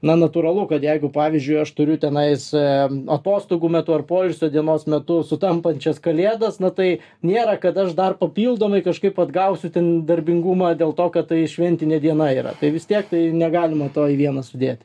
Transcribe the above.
na natūralu kad jeigu pavyzdžiui aš turiu tenais atostogų metu ar poilsio dienos metu sutampančias kalėdas na tai nėra kad aš dar papildomai kažkaip atgausiu ten darbingumą dėl to kad tai šventinė diena yra tai vis tiek negalima to į vieną sudėti